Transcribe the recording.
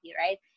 Right